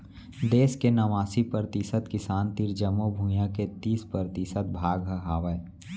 देस के नवासी परतिसत किसान तीर जमो भुइयां के तीस परतिसत भाग हर हावय